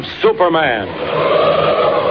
Superman